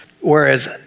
whereas